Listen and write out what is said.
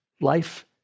Life